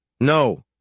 No